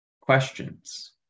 questions